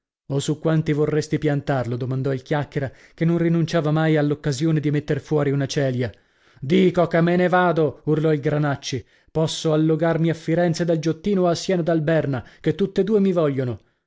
o su quanti vorresti piantarlo domandò il chiacchiera che non rinunciava mai all'occasione di metter fuori una celia dico che me ne vado urlò il granacci posso allogarmi a firenze dal giottino o a siena dal berna che tutt'e due mi vogliono